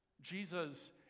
Jesus